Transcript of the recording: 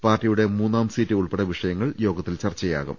പാർട്ടിയുടെ മൂന്നാം സീറ്റ് ഉൾപ്പെടെ വിഷയങ്ങൾ യോഗത്തിൽ ചർച്ചയാകും